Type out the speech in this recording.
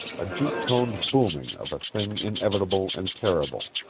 a deep-toned booming of a thing inevitable and terrible.